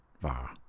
war